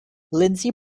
lindsey